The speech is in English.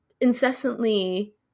incessantly